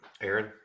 Aaron